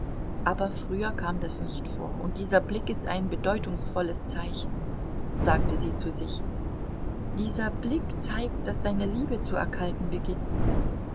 aber früher kam das nicht vor und dieser blick ist ein bedeutungsvolles zeichen sagte sie zu sich dieser blick zeigt daß seine liebe zu erkalten beginnt